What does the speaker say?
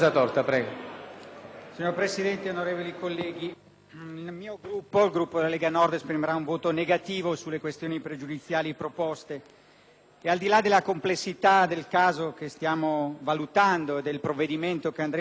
Signor Presidente, onorevoli colleghi, il Gruppo della Lega Nord esprimerà un voto contrario sulle questioni pregiudiziali proposte. Al di là della complessità del caso che stiamo valutando e del provvedimento che andremo ad adottare,